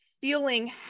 feeling